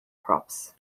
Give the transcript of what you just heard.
crops